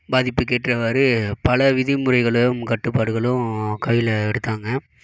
பாதிப்புக்கு ஏற்றவாறு பல விதிமுறைகளும் கட்டுப்பாடுகளும் கையில் எடுத்தாங்க